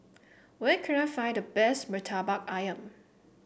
where can I find the best Murtabak ayam